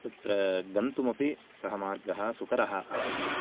तत्र गन्तुमपि सः मार्गः सुकरः आसीत्